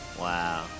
Wow